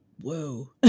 whoa